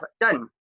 done